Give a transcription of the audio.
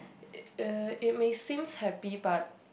uh it may seems happy but